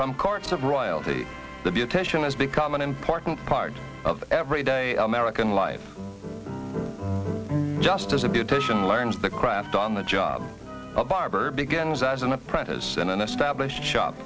from courts of royalty that the attention has become an important part of everyday american life just as a beautician learns the craft on the job a barber begins as an apprentice in an established shop